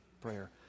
prayer